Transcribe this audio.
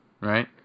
right